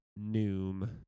Noom